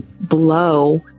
blow